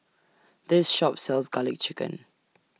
This Shop sells Garlic Chicken